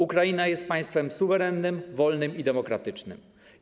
Ukraina jest państwem suwerennym, wolnym i demokratycznym.